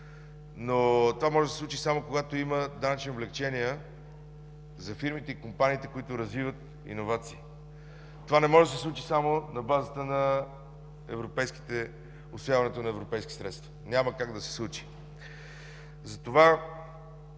но то може да се случи само когато има данъчни облекчения за фирмите и компаниите, развиващи иновации. Това не може да се случи само на базата на усвояването на европейски средства. Няма как да се случи!